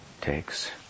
takes